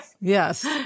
Yes